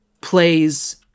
plays